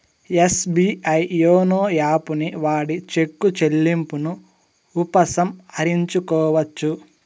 SBI YONO యాపుని వాడి చెక్కు చెల్లింపును ఉపసంహరించుకోవచ్చు